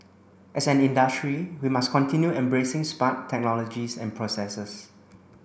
as an industry we must continue embracing smart technologies and processes